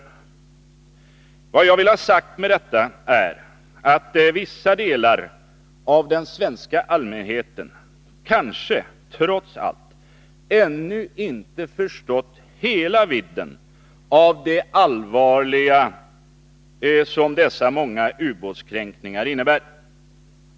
Vad jag vill ha sagt med detta är att vissa delar av den svenska allmänheten kanske trots allt ännu inte förstått hela vidden av det allvarliga som dessa många ubåtskränkningar innebär.